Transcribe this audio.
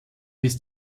bis